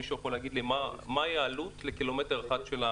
מישהו יכול להגיד לי מה העלות לקילומטר אחד?